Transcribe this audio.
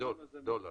דולר.